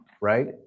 right